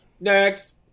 Next